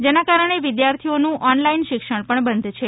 જેના કારણે વિદ્યાર્થીઓનું ઓનલાઈન શિક્ષણ પણ બંધ છે